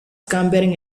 comparing